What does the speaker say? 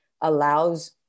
allows